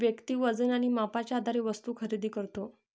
व्यक्ती वजन आणि मापाच्या आधारे वस्तू खरेदी करतो